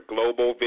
Global